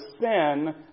sin